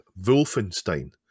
Wolfenstein